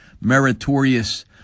meritorious